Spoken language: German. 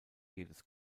jedes